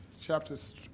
chapters